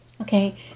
Okay